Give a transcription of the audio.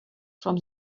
from